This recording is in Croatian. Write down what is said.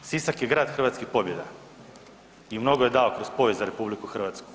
Sisak je grad hrvatskih pobjeda i mnogo je dao kroz povijest za RH.